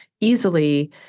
easily